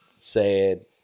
Sad